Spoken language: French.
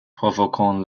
provoquant